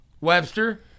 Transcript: Webster